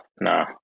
nah